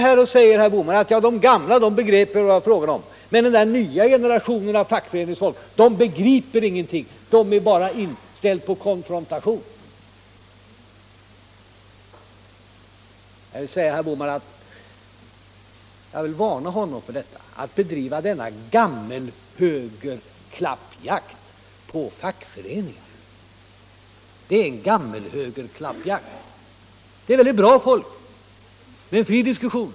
Han säger att de gamla begrep vad det var fråga om, men den nya generationen fackföreningsfolk begriper ingenting, den är bara inställd på konfrontation. Jag vill varna herr Bohman för att bedriva denna gammelhögerklappjakt på fackföreningarna. Det finns där väldigt bra folk, och man har en fri diskussion.